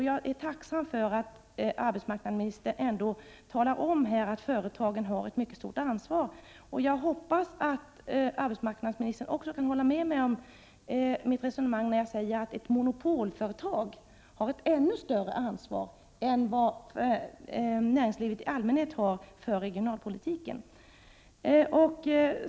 Jag är tacksam för att arbetsmarknadsministern ändå talar om att företagen har ett mycket stort ansvar. Jag hoppas att arbetsmarknadsministern också kan hålla med mig i mitt resonemang, då jag säger att ett monopolföretag har ett ännu större ansvar än näringslivet i allmänhet har för regionalpolitiken.